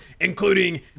including